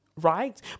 right